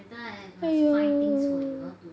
!aiyo!